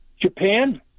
Japan